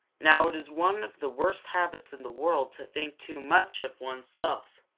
now it is one of the worst habits in the world to think too much of one's self.